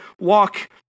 walk